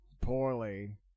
poorly